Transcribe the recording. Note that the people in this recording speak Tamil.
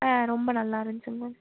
ஆ ரொம்ப நல்லாருந்ச்சிங்க மேம்